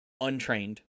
untrained